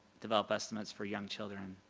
develop estimates for young children.